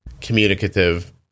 communicative